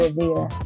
Revere